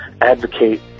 Advocate